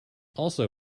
also